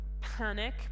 panic